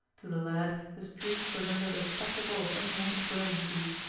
to the lad the streets presented a spectacle of unwonted brilliancy,